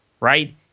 Right